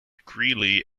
greeley